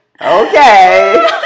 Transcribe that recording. Okay